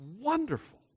wonderful